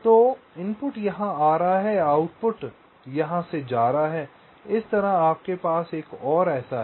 तो इनपुट यहाँ आ रहा है आउटपुट यहाँ से जा रहा है इसी तरह आपके पास एक और ऐसा है